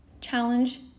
challenge